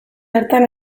hartan